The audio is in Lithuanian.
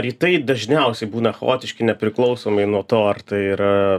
rytai dažniausiai būna chaotiški nepriklausomai nuo to ar tai yra